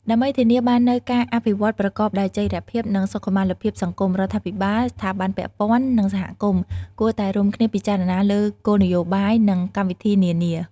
ដើម្បីធានាបាននូវការអភិវឌ្ឍប្រកបដោយចីរភាព និងសុខុមាលភាពសង្គម រដ្ឋាភិបាល ស្ថាប័នពាក់ព័ន្ធ និងសហគមន៍ គួរតែរួមគ្នាពិចារណាលើគោលនយោបាយ និងកម្មវិធីនានា។